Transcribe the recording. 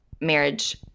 marriage